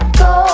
go